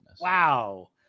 wow